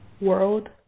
World